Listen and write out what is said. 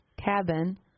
cabin